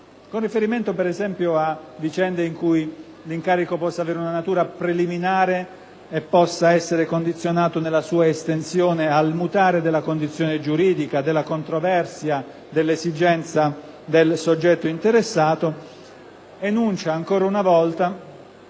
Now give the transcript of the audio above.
con riferimento a vicende in cui l'incarico possa avere una natura preliminare e possa essere condizionato, nella sua estensione, al mutare della condizione giuridica, della controversia e dell'esigenza del soggetto interessato) denuncia una